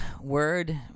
word